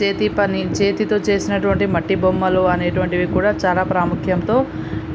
చేతిపని చేతితో చేసినటువంటి మట్టి బొమ్మలు అనేటువంటివి కూడా చాలా ప్రాముఖ్యంతో